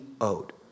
owed